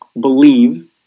believe